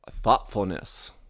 thoughtfulness